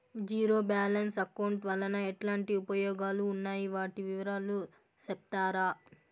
Zero balance account వలన ఎట్లాంటి ఉపయోగాలు ఉన్నాయి? వాటి వివరాలు సెప్తారా?